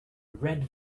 red